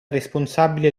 responsabile